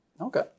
Okay